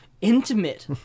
intimate